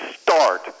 start